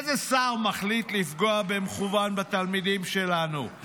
איזה שר מחליט לפגוע במכוון בתלמידים שלנו,